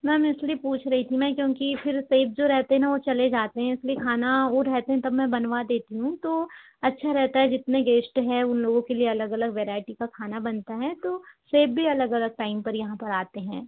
ma'am इसलिए पूछ रही थी मैं क्योंकि फिर शेफ जो रहते है न वो चले जाते हैं इसलिए खाना वो रहते हैं तब मैं बनवा देता हूँ तो अच्छा रहता है जितने गेस्ट हैं उन लोगों के लिए अलग अलग वैरायटी का खाना बनता है तो सेफ भी अलग अलग टाइम पर यहाँ पर आते हैं